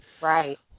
Right